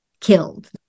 killed